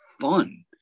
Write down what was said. fun